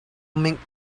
mink